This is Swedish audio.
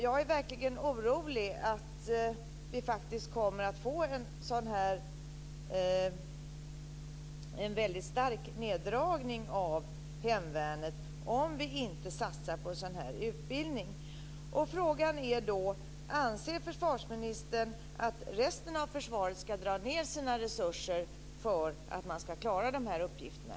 Jag är verkligen orolig att vi faktiskt kommer att få denna väldigt starka neddragning av hemvärnet om vi inte satsar på sådan här utbildning. Frågan är då: Anser försvarsministern att resten av försvaret ska dra ned sina resurser för att man ska klara de här uppgifterna?